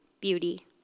beauty